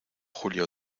julia